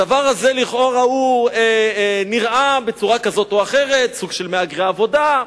הדבר הזה לכאורה נראה בצורה כזאת או אחרת סוג של מהגרי עבודה,